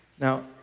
now